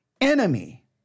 enemy